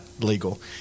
legal